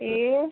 ए